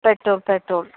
petrol petrol